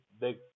big